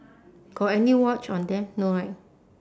got any watch on there no right